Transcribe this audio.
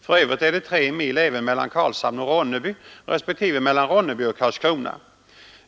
För övrigt är det 3 mil även mellan Karlshamn och Ronneby, respektive mellan Ronneby och Karlskrona.